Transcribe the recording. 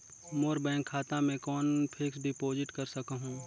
मोर bank खाता मे कौन फिक्स्ड डिपॉजिट कर सकहुं?